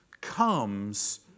comes